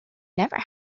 never